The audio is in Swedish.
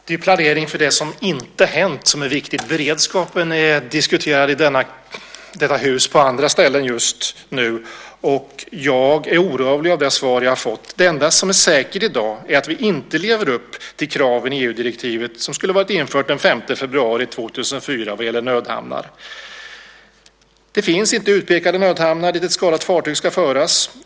Herr talman! Det är planering för det som inte har hänt som är viktigt. Beredskapen diskuteras i dag på andra ställen i detta hus, och jag blir orolig av det svar jag har fått. Det enda som är säkert i dag är att vi inte lever upp till kraven i EU-direktivet som skulle ha varit infört den 5 februari 2004 vad gäller nödhamnar. Det finns inte utpekade nödhamnar dit ett skadat fartyg ska föras.